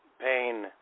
pain